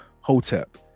hotep